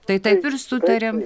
tai taip ir sutariam